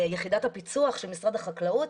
יחידת הפיצו"ח של משרד החקלאות,